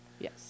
Yes